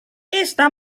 esta